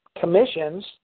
commissions